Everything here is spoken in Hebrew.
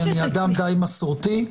אני אדם די מסורתי,